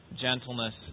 gentleness